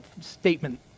statement